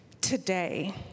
today